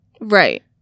Right